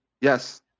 Yes